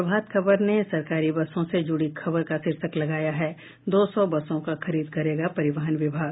प्रभात खबर ने सरकारी बसों से जुड़ी खबर का शीर्षक लगाया है दो सौ बसों का खरीद करेगा परिवहन विभाग